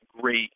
great